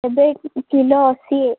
ଏବେ କିଲୋ ଅଶୀ ଏ